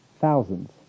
thousands